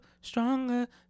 stronger